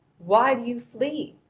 why do you flee?